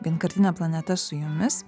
vienkartinė planeta su jumis